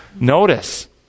Notice